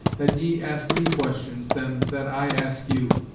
that ye ask me questions, than that i ask you.